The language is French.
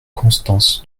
constance